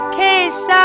case